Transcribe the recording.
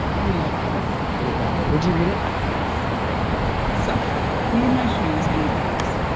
we love this. we love it. would you read it? yes. great subject. need my shoes indoors,